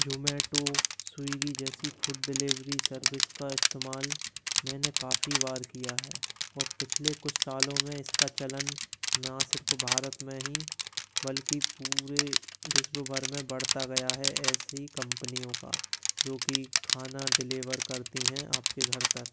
जोमैटो स्विग्गी जैसी food delivery service का इस्तेमाल मैंने काफी बार किया है और पिछले कुछ सालो में इसका चलन ना सिर्फ भारत में ही बल्कि पूरे विश्व भर में बढ़ता गया है ऐसी कम्पनियों का जो कि खाना डिलेवर करतीं हैं आपके घर तक